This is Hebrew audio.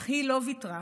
אך היא לא ויתרה.